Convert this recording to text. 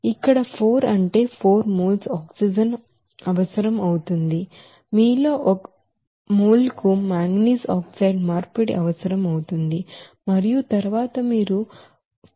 ఇక్కడ 4 అంటే 4 moles oxygen అవసరం అవుతుంది మీలో ఒక moleకు మాంగనీస్ ఆక్సైడ్ మార్పిడి అవసరం అవుతుంది మరియు తరువాత మీరు 4 నుంచి 0